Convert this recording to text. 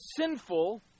sinful